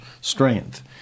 strength